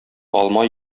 алма